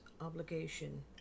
obligation